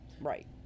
Right